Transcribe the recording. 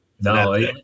No